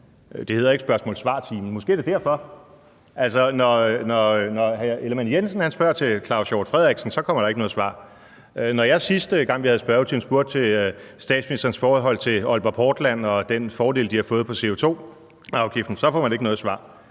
det hedder ikke spørgsmål-svar-time. Måske er det derfor. Når hr. Jakob Ellemann-Jensen spørger til hr. Claus Hjort Frederiksen, kommer der ikke noget svar. Da jeg sidste gang, vi havde spørgetime, spurgte til statsministerens forhold til Aalborg Portland og til den fordel, de har fået, med hensyn til CO2-afgiften, fik jeg ikke noget svar.